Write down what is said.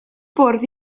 bwrdd